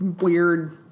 weird